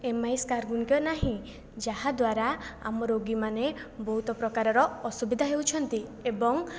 M I ନାହିଁ ଯାହାଦ୍ୱାରା ଆମ ରୋଗୀମାନେ ବହୁତ ପ୍ରକାରର ଅସୁବିଧା ହେଉଛନ୍ତି ଏବଂ